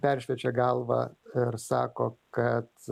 peršviečia galvą ir sako kad